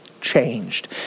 changed